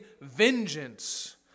vengeance